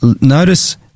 notice